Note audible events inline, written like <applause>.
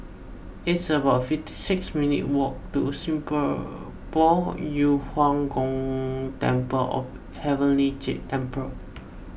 it's about fifty six minutes' walk to <unintelligible> Yu Huang Gong Temple of Heavenly Jade Emperor